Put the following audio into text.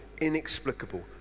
inexplicable